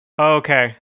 okay